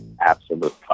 Absolute